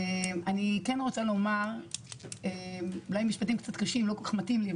אני כן רוצה לומר משפטים קצת קשים לא כל כך מתאים לי,